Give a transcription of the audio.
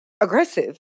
aggressive